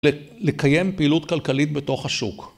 לקיים פעילות כלכלית בתוך השוק.